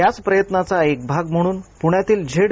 याच प्रयत्नांचा एक भाग म्हणून पुण्यातील झेड